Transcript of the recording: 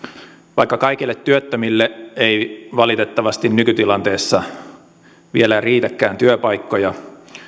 vaikka kaikille työttömille ei valitettavasti nykytilanteessa vielä riitäkään työpaikkoja